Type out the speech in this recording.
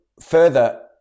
further